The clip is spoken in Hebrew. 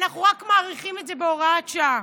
ואנחנו רק מאריכים את זה בהוראת שעה.